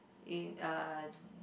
in uh